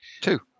Two